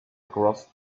across